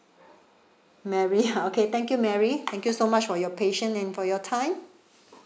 marie ha okay thank you marie thank you so much for your patient and for your time